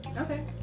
Okay